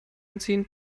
einziehen